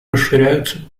расширяются